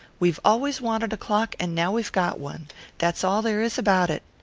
we've always wanted a clock and now we've got one that's all there is about it.